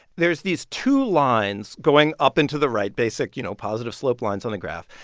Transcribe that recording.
there's these two lines going up and to the right basic, you know, positive slope lines on the graph.